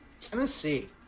Tennessee